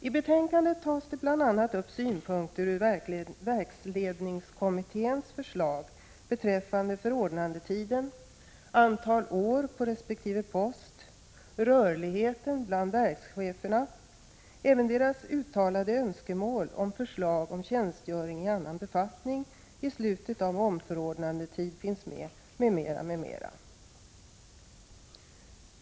I betänkandet tas det bl.a. upp synpunkter ur verksledningskommitténs förslag beträffande förordnandetiden, antal år på resp. post och rörligheten bland verkscheferna. Även deras uttalade önskemål om förslag om tjänstgöring i annan befattning i slutet av omförordnandetiden finns med, m.m., m.m.